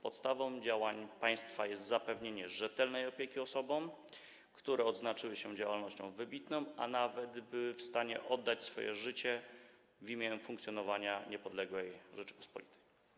Podstawą działań państwa jest zapewnienie rzetelnej opieki osobom, które odznaczyły się działalnością wybitną, a nawet były w stanie oddać swoje życie w imię funkcjonowania niepodległej Rzeczypospolitej.